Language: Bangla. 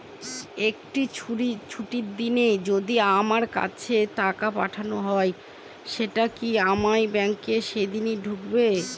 একটি ছুটির দিনে যদি আমার কাছে টাকা পাঠানো হয় সেটা কি আমার ব্যাংকে সেইদিন ঢুকবে?